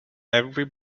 every